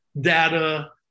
data